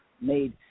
made